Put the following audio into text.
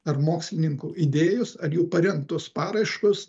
ar mokslininkų idėjos ar jų parengtos paraiškos